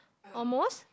almost